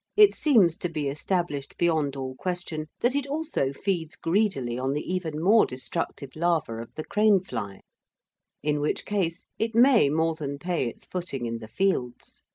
it seems to be established beyond all question that it also feeds greedily on the even more destructive larva of the crane-fly, in which case it may more than pay its footing in the fields.